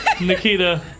Nikita